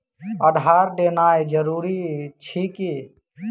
आधार देनाय जरूरी अछि की?